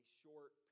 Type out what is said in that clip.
short